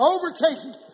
Overtaking